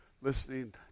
listening